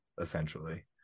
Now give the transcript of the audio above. essentially